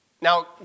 Now